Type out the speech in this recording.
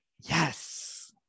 Yes